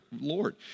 Lord